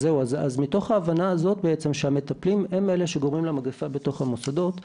מתוך ההבנה הזאת בעצם שהמטפלים הם אלה שגורמים למגפה בתוך המוסדות,